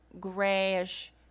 grayish